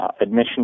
Admission